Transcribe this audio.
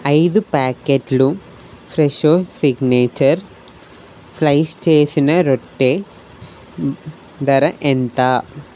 ఐదు ప్యాకెట్లు Fresho signature slice చేసిన రొట్టె ధర ఎంత